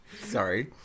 Sorry